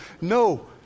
No